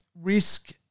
risk